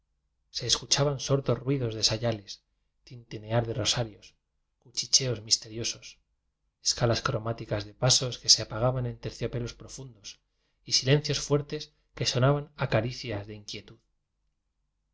se es cuchaban sordos ruidos de sayales tinti near de rosarios cuchicheos misteriosos escalas cromáticas de pasos que se apaga ban en terciopelos profundos y silencios fuertes que sonaban a caricias de